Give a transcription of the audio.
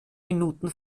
minuten